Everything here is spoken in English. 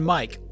Mike